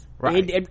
Right